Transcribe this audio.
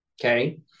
okay